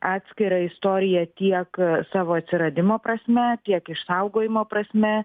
atskirą istoriją tiek savo atsiradimo prasme tiek išsaugojimo prasme